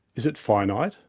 is it finite,